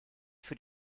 für